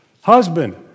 Husband